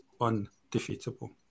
undefeatable